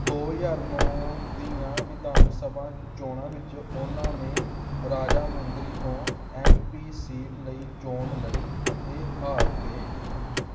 ਦੋ ਹਜ਼ਾਰ ਨੌ ਦੀਆਂ ਵਿਧਾਨ ਸਭਾ ਚੋਣਾਂ ਵਿੱਚ ਉਹਨਾਂ ਨੇ ਰਾਜਾ ਮੁੰਦਰੀ ਤੋਂ ਐੱਮ ਪੀ ਸੀਟ ਲਈ ਚੋਣ ਲੜੀ ਅਤੇ ਹਾਰ ਗਏ